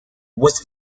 was